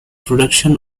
production